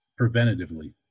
preventatively